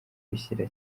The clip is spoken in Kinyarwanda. bishyira